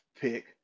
pick